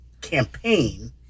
campaign